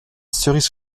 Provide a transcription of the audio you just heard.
cerise